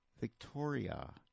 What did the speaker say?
Victoria